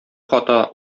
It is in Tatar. хата